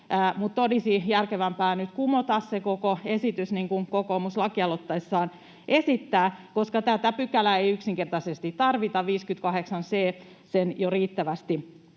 olisi järkevämpää nyt kumota se koko esitys, niin kuin kokoomus lakialoitteessaan esittää, koska tätä pykälää ei yksinkertaisesti tarvita. 58 c jo riittävästi